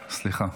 סליחה.